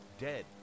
dead